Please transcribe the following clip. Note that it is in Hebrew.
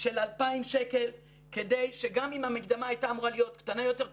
של 2,000 שקל כדי שגם אם המקדמה הייתה אמורה להיות קטנה יותר,